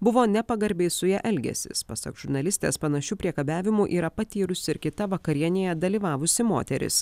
buvo nepagarbiai su ja elgęsis pasak žurnalistės panašių priekabiavimų yra patyrusi ir kita vakarienėje dalyvavusi moteris